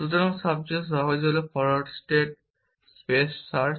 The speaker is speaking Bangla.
সুতরাং সবচেয়ে সহজ হল ফরোয়ার্ড স্টেট স্পেস সার্চ